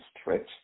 stretch